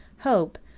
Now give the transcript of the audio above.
hope,